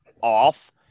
off